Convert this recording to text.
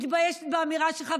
מתביישת באמירה שלך,